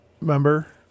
member